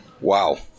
Wow